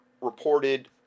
reported